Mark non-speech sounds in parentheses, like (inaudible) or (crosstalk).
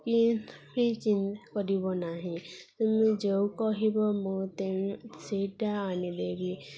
କି (unintelligible) କରିବ ନାହିଁ ତମେ ଯେଉଁଟା କହିବ ମୁଁ ତ ସେଟା ଆଣିଦେବି